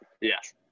Yes